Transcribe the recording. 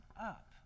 up